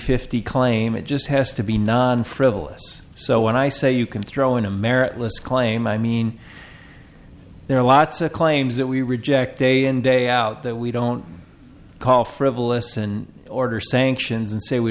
fifty claim it just has to be non frivolous so when i say you can throw in a merit list claim i mean there are lots of claims that we reject day in day out that we don't call frivolous and order sanctions and say we